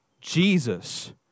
Jesus